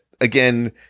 again